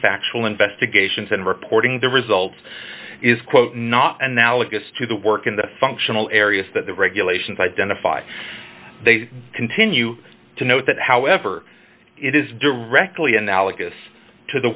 factual investigations and reporting the results is quote not analogous to the work in the functional areas that the regulations identify they continue to note that however it is directly analogous to the